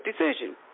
decision